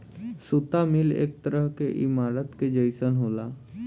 सुता मिल एक तरह के ईमारत के जइसन होला